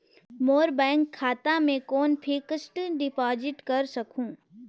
मोर bank खाता मे कौन फिक्स्ड डिपॉजिट कर सकहुं?